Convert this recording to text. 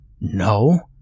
No